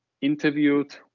interviewed